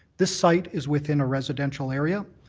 this site is within a residential area.